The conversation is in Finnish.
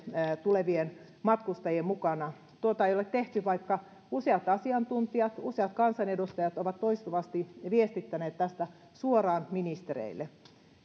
tulevien matkustajien mukana tuota ei ole tehty vaikka useat asiantuntijat useat kansanedustajat ovat toistuvasti viestittäneet tästä suoraan ministereille